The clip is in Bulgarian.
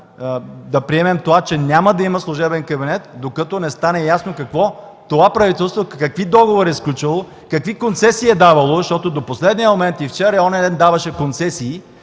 да приемем, че няма да има служебен кабинет, докато не стане ясно това правителство какви договори е сключило, какви концесии е давало. Защото до последния момент – и вчера, и онзи ден даваше концесии